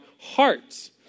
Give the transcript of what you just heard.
hearts